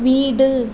வீடு